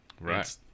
Right